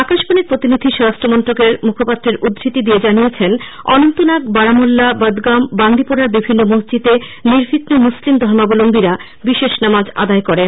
আকাশবাণীর প্রতিনিধি স্বরাষ্ট্র মন্ত্রকের মুখপাত্রের উদ্ধতি দিয়ে জানিয়েছেন অনন্তনাগ বারামোল্লা বদগাম বান্দিপোরা র বিভিন্ন মসজিদে নির্বিগ্লে মুসলিম ধর্মাবলম্বীরা বিশেষ নামাজ আদায় করেন